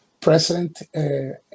president